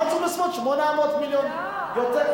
משהו בסביבות 800 מיליון, לא.